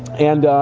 and,